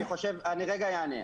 אני אענה.